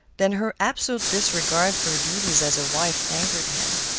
then her absolute disregard for her duties as a wife angered him.